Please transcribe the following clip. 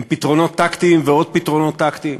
הוא פתרונות טקטיים ועוד פתרונות טקטיים,